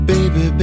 Baby